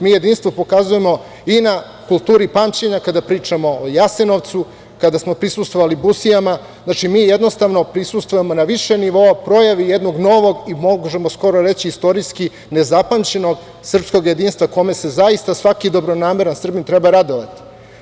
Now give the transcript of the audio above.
Mi jedinstvo pokazujemo i na kulturi pamćenja kada pričamo o Jasenovcu, kada smo prisustvovali Busijama, znači, mi jednostavno prisustvujemo na više nivoa, pojavi jednog novog i možemo skoro reći istorijski nezapamćenog srpskog jedinstva kome se zaista svaki dobronameran Srbin treba radovati.